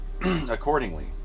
accordingly